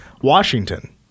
Washington